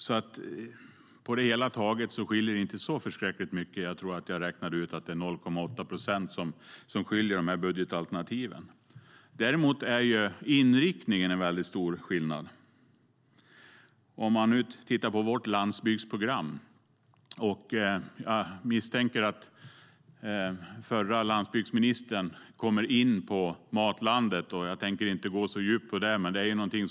På det hela taget skiljer det sig inte så förskräckligt mycket. Jag räknade ut att det är 0,8 procent som skiljer budgetalternativen. Däremot är det en stor skillnad på inriktningen. Titta på landsbygdsprogrammet. Jag misstänker att förre landsbygdsministern ska komma in på Matlandet, och jag tänker inte gå så djupt in på den frågan.